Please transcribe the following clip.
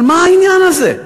אבל מה העניין הזה?